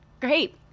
Great